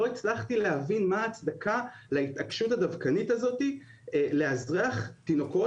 לא הצלחתי להבין מה ההצדקה להתעקשות הדווקנית הזאת לאזרח תינוקות